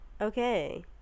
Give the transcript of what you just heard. Okay